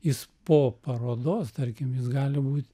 jis po parodos tarkim jis gali būt